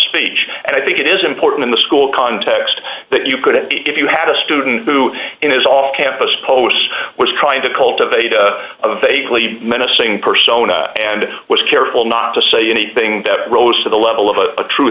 speech and i think it is important in the school context that you could have if you had a student who in his off campus post was trying to cultivate a vaguely menacing persona and was careful not to say anything that rose to the level of a true